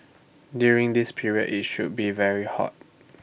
during this period IT should be very hot